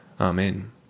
Amen